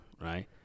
Right